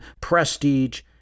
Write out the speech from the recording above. prestige